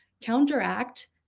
counteract